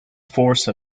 force